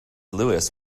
lewis